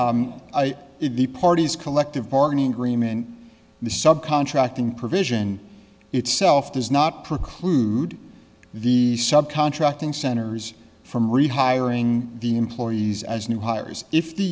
means if the parties collective bargaining agreement the sub contract and provision itself does not preclude the sub contracting centers from rehiring the employees as new hires if the